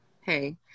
Hey